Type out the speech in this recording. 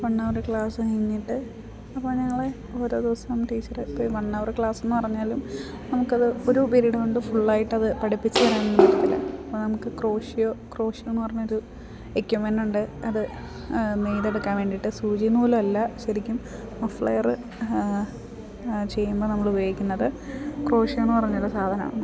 one hour class കഴിഞ്ഞിട്ട് അപ്പം ഞങ്ങളെ ഓരോ ദിവസം ടീച്ചറ് ഇപ്പം ഈ വൺ അവർ ക്ലാസ് എന്ന് പറഞ്ഞാലും നമുക്കത് ഒരു പീരീഡ് കൊണ്ട് ഫുള്ളായിട്ടത് പഠിപ്പിച്ച് തരാനൊന്നും പറ്റത്തില്ല അപ്പം നമുക്ക് ക്രോഷിയോ ക്രോഷിയോ എന്ന് പറഞ്ഞൊരു എക്യപ്മെൻ്റുണ്ട് അത് നെയ്തെടുക്കാൻ വേണ്ടിയിട്ട് സൂചിനൂലല്ല ശരിക്കും മഫ്ലെയറ് ചെയ്യുമ്പോൾ നമ്മളുപയോഗിക്കുന്നത് ക്രോഷിയോ എന്ന് പറഞ്ഞൊരു സാധനമാണ്